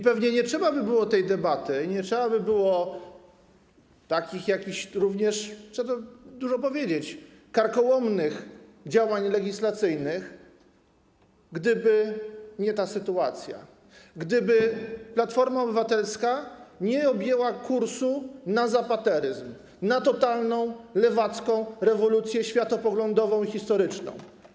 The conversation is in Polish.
Pewnie nie trzeba by było tej debaty, nie trzeba by było jakichś, co tu dużo mówić, karkołomnych działań legislacyjnych, gdyby nie ta sytuacja, gdyby Platforma Obywatelska nie objęła kursu na zapateryzm, na totalną lewacką rewolucję światopoglądową i historyczną.